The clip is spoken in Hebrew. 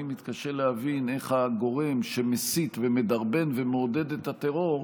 אני מתקשה להבין איך הגורם שמסית ומדרבן ומעודד את הטרור,